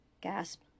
Gasp